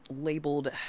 labeled